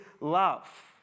love